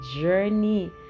journey